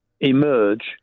emerge